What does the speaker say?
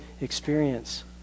experience